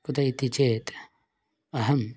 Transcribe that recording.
कुतः इति चेत् अहम्